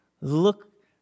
look